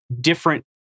different